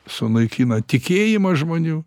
sunaikina tikėjimą žmonių